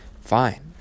fine